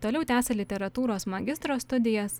toliau tęsė literatūros magistro studijas